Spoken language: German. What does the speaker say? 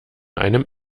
einem